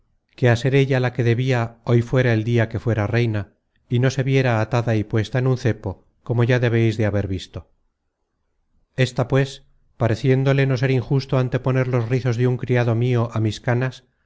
at ser ella la que debia hoy fuera el dia que fuera reina y no se viera atada y puesta en un cepo como ya debeis de haber visto esta pues pareciéndole no ser injusto anteponer los rizos de un criado mio á mis canas